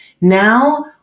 Now